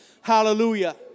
Hallelujah